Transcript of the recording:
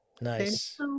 Nice